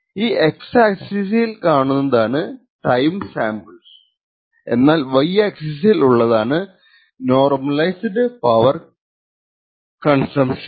ഈ X ആക്സിസിൽ കാണുന്നതാണ് ടൈം സാമ്പ്ൾസ് എന്നാൽ Y ആക്സിസിൽ ഉള്ളതാണ് നോർമലൈസ്ഡ് പവർ കൺസമ്പ്ഷൺ